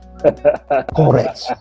correct